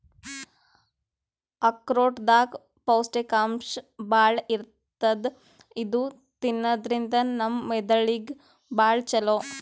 ಆಕ್ರೋಟ್ ದಾಗ್ ಪೌಷ್ಟಿಕಾಂಶ್ ಭಾಳ್ ಇರ್ತದ್ ಇದು ತಿನ್ನದ್ರಿನ್ದ ನಮ್ ಮೆದಳಿಗ್ ಭಾಳ್ ಛಲೋ